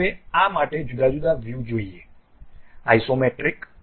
ચાલો હવે આ માટે જુદા જુદા વ્યૂ જોઈએ ઇસોમેટ્રિક